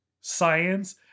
science